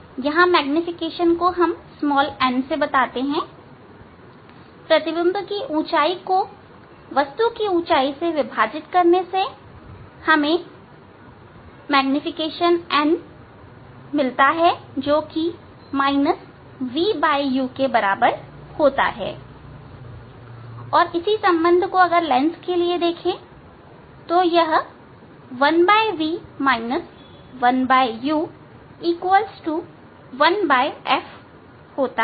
यह आवर्धकमैग्नीफिकेशन n प्रतिबिंब की ऊंचाई को वस्तु की ऊंचाई से विभाजित करने से प्राप्त होता है जो कि vu के बराबर होता है और लेंस के लिए यह संबंध 1v 1u1f होता है